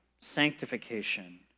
sanctification